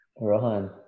Rohan